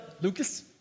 lucas